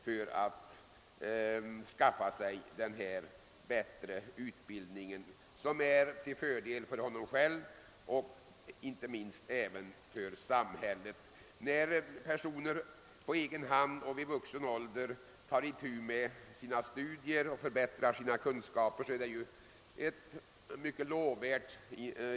Förbättringen av hans utbildning är till fördel både för bonom själv och inte minst för samhället. Det är ett mycket lovvärt initiativ av en person i vuxen ålder att på egen hand påbörja studier och förbättra sina kunskaper.